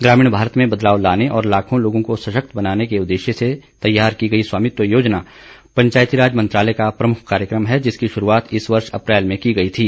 ग्रामीण भारत में बदलाव लाने और लाखों लोगों को सशक्त बनाने के उद्देश्य से तैयार की गई स्वामित्व योजना पंचायती राज मंत्रालय का प्रमुख कार्यक्रम है जिसकी शुरूआत इस वर्ष अप्रैल में की गई थी